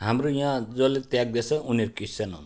हाम्रो यहाँ जसले त्याग्दैछ उनीहरू क्रिस्चियन हुन्